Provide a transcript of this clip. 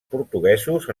portuguesos